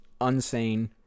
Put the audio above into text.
Unsane